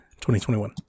2021